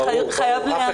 זה חייב להיאמר פה.